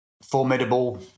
formidable